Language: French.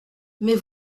mais